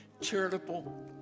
Charitable